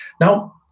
Now